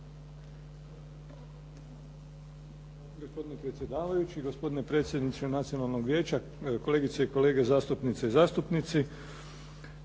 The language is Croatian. Hvala vam